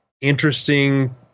interesting